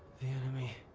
the enemy.